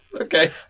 Okay